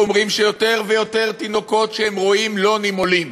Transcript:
שאומרים שיותר ויותר תינוקות שהם רואים הם לא נימולים.